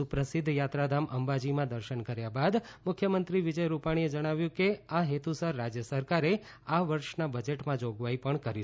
સુપ્રસિદ્ધ યાત્રાધામ અંબાજીમાં દર્શન કર્યા બાદ મુખ્યમંત્રી વિજય રૂપાણીએ જણાવ્યુ કે આ હેતુસર રાજ્ય સરકારે આ વર્ષના બજેટમાં જોગવાઈ પણ કરી છે